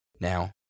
Now